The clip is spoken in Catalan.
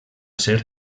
ser